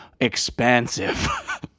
expensive